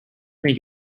think